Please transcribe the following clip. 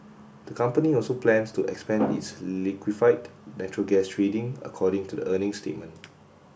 the company also plans to expand its liquefied natural gas trading according to the earnings statement